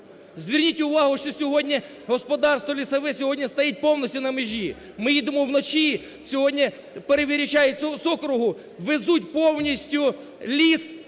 Зверніть увагу, що сьогодні господарство лісове стоїть повністю на межі. Ми їдемо вночі, сьогодні повертаючись з округу, везуть повністю ліс,